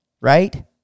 right